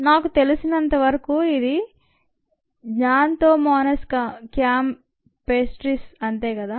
నాకు తెలిసినంతవరకు ఇది గ్జాన్తోమోనస్ క్యామ్పెస్ట్రిస్ అంతేకదా